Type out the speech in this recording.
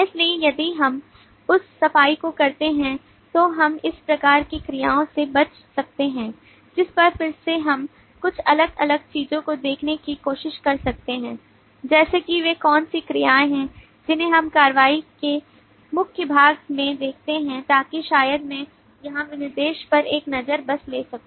इसलिए यदि हम उस सफाई को करते हैं तो हम इस प्रकार की क्रियाओं से बचे रहते हैं जिस पर फिर से हम कुछ अलग अलग चीजों को देखने की कोशिश कर सकते हैं जैसे कि वे कौन सी क्रियाएं हैं जिन्हें हम कार्रवाई के बहुत मुख्य भाग में देखते हैं ताकि शायद मैं यहाँ विनिर्देश पर एक नज़र बस ले सकूं